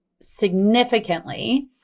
significantly